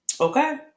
Okay